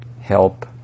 help